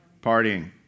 Partying